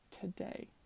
today